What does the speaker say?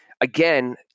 again